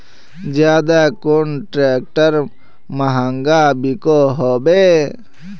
ज्यादा कुन ट्रैक्टर महंगा बिको होबे?